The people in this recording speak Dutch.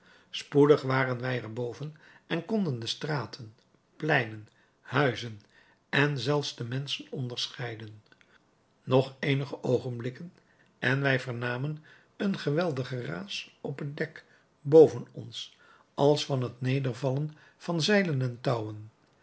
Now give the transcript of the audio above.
spoedig waren wij er boven en konden de straten pleinen huizen en zelfs de menschen onderscheiden nog eenige oogenblikken en wij vernamen een geweldig geraas op het dek boven ons als van het nedervallen van zeilen en touwen